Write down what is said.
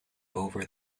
over